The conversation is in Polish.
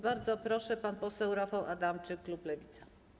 Bardzo proszę, pan poseł Rafał Adamczyk, klub Lewica.